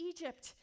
Egypt